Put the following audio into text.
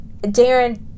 Darren